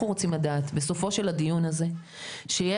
אנחנו רוצים לדעת בסופו של הדיון הזה שיש